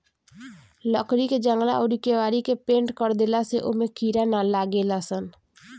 लकड़ी के जंगला अउरी केवाड़ी के पेंनट कर देला से ओमे कीड़ा ना लागेलसन